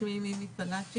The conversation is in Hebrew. שמי מימי פלצי,